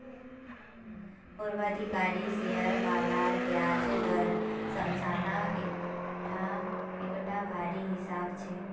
पूर्वाधिकारी शेयर बालार ब्याज दर समझना एकटा भारी हिसाब छै